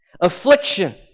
Affliction